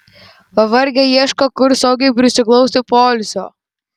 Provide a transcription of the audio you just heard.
pavargę ieško kur saugiai prisiglausti poilsio